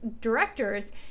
directors